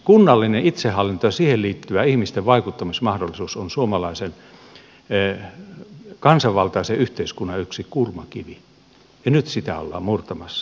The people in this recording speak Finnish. kunnallinen itsehallinto ja siihen liittyvä ihmisten vaikuttamismahdollisuus on suomalaisen kansainvaltaisen yhteiskunnan yksi kulmakivi ja nyt sitä ollaan murtamassa